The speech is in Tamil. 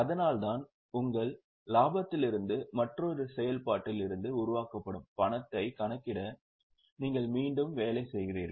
அதனால்தான் உங்கள் லாபத்திலிருந்து மற்றும் செயல்பாட்டில் இருந்து உருவாக்கப்படும் பணத்தை கணக்கிட நீங்கள் மீண்டும் வேலை செய்கிறீர்கள்